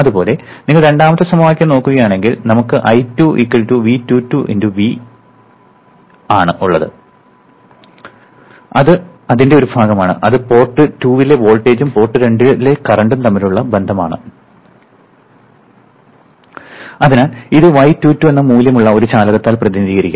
അതുപോലെ നിങ്ങൾ രണ്ടാമത്തെ സമവാക്യം നോക്കുകയാണെങ്കിൽ നമുക്ക് I2 y22 × V2 ആണ് അത് അതിന്റെ ഒരു ഭാഗമാണ് അത് പോർട്ട് 2 ലെ വോൾട്ടേജും പോർട്ട് 2 ലെ കറന്റും തമ്മിലുള്ള ബന്ധമാണ് അതിനാൽ ഇത് y22 എന്ന മൂല്യമുള്ള ഒരു ചാലകത്താൽ പ്രതിനിധീകരിക്കുന്നു